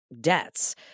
debts